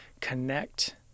connect